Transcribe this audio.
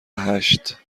هشت